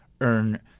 earn